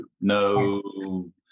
no